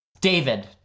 David